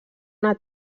una